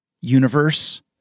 universe